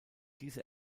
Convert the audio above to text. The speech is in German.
diese